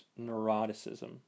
neuroticism